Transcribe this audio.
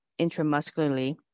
intramuscularly